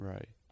Right